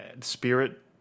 spirit